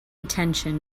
attention